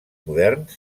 moderns